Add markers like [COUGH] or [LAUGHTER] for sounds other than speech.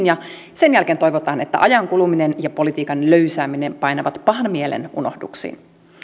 [UNINTELLIGIBLE] ja sen jälkeen toivotaan että ajan kuluminen ja politiikan löysääminen painavat pahan mielen unohduksiin